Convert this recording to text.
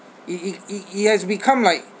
it it it it has become like